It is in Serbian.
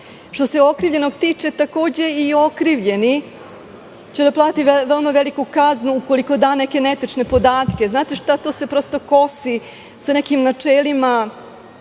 se okrivljenog tiče, takođe i okrivljeni će da plati veliku kaznu ukoliko da neke netačne podatke. To se prosto kosi sa nekim načelima